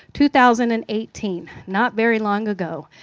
two thousand and eighteen, not very long ago.